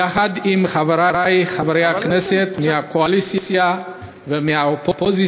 יחד עם חברי חברי הכנסת מהקואליציה ומהאופוזיציה,